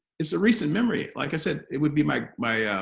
it's a recent memory like i said it would be my my